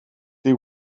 they